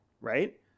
right